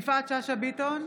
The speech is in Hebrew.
יפעת שאשא ביטון,